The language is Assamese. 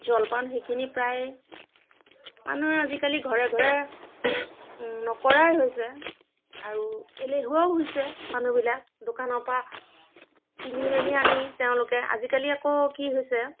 জলপান সেইখিনি প্ৰায় মানুহৰ আজিকালি ঘৰে ঘৰে নকৰাই হৈছে আৰু এলেহুৱাও হৈছে মানুহবিলাক দোকানৰ পৰা কিনি মেলি আনি তেওঁলোকে আজিকালি আকৌ কি হৈছে